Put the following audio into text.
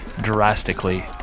drastically